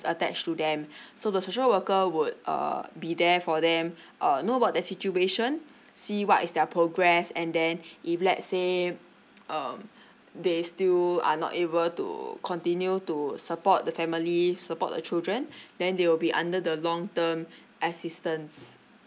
attached to them so the social worker would uh be there for them err know about the situation see what is their progress and then if let's say um they still are not able to continue to support the family support a children then they will be under the long term assistance